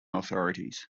authorities